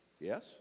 Yes